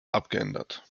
abgeändert